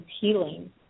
healing